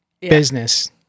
business